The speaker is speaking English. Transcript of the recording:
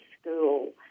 School